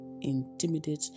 intimidate